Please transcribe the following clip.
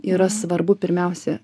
yra svarbu pirmiausia